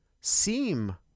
seem